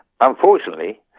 Unfortunately